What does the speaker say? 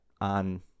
on